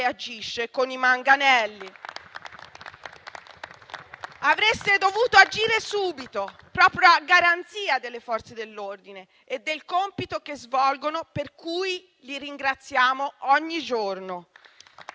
reagisce con i manganelli. Avreste dovuto agire subito, proprio a garanzia delle Forze dell'ordine e del compito che svolgono, per cui li ringraziamo ogni giorno.